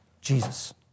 Jesus